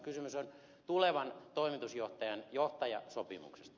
kysymys on tulevan toimitusjohtajan johtajasopimuksesta